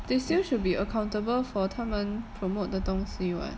they still should be accountable for 他们 promote 的东西 [what]